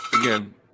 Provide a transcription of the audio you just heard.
Again